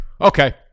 Okay